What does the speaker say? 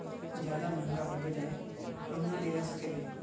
ज्यादा महंगा होबे जाए हम ना लेला सकेबे?